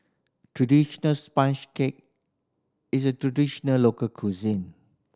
traditional sponge cake is a traditional local cuisine